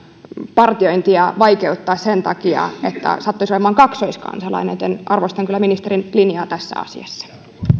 partiointia vaikeuttaa sen takia että sattuisi olemaan kaksoiskansalainen joten arvostan kyllä ministerin linjaa tässä asiassa